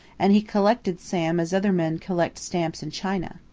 and he collected sam as other men collect stamps and china.